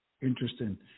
Interesting